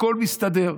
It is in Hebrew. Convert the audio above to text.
הכול מסתדר.